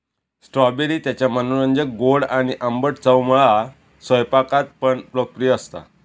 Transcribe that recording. strawberry त्याच्या मनोरंजक गोड आणि आंबट चवमुळा स्वयंपाकात पण लोकप्रिय असता